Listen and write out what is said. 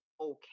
okay